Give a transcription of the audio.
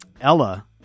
ella